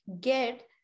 get